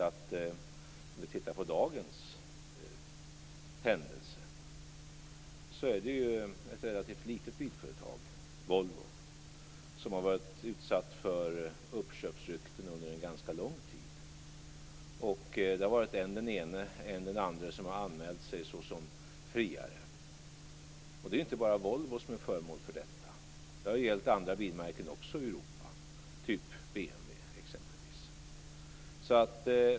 Vad gäller dagens händelse är Volvo ett relativt litet bilföretag, som har varit utsatt för uppköpsrykten under en ganska lång tid. Än den ene, än den andre har anmält sig som friare. Det är inte bara Volvo som är föremål för detta. Det har gällt också för andra bilmärken i Europa, exempelvis BMW.